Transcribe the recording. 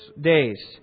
days